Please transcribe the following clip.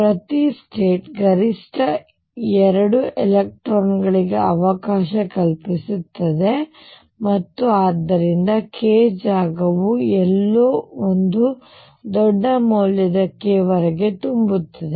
ಪ್ರತಿ ಸ್ಟೇಟ್ ಗರಿಷ್ಠ 2 ಎಲೆಕ್ಟ್ರಾನ್ ಗಳಿಗೆ ಅವಕಾಶ ಕಲ್ಪಿಸುತ್ತದೆ ಮತ್ತು ಆದ್ದರಿಂದ k ಜಾಗವು ಎಲ್ಲೋ ಒಂದು ದೊಡ್ಡ ಮೌಲ್ಯದ k ವರೆಗೆ ತುಂಬುತ್ತದೆ